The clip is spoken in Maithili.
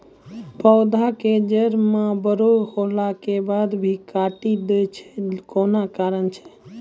पौधा के जड़ म बड़ो होला के बाद भी काटी दै छै कोन कारण छै?